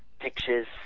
pictures